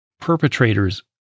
perpetrators